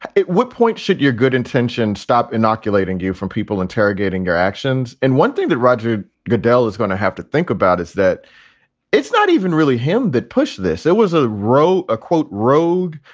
what point should your good intentions stop inoculating you from people, interrogating your actions? and one thing that roger goodell is going to have to think about is that it's not even really him that pushed this. it was a row, a, quote, rogue.